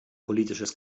politisches